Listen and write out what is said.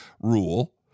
rule